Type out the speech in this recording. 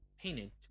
painted